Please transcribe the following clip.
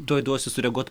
tuoj duosiu sureaguot